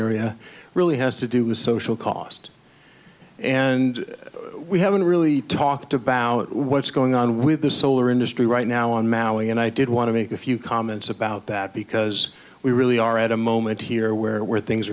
area really has to do with social cost and we haven't really talked about what's going on with the solar industry right now on maui and i did want to make a few comments about that because we really are at a moment here where where things